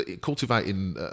cultivating